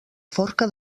forca